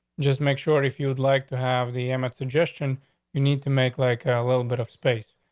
just make sure if you would like to have the image suggestion you need to make, like, a little bit of space,